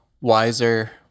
wiser